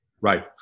Right